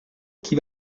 qui